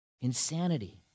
Insanity